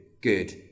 Good